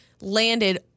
landed